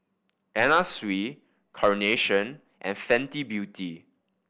Anna Sui Carnation and Fenty Beauty